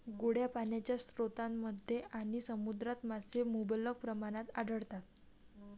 गोड्या पाण्याच्या स्रोतांमध्ये आणि समुद्रात मासे मुबलक प्रमाणात आढळतात